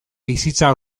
bizitza